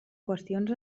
qüestions